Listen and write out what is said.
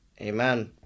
Amen